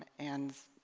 and